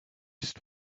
just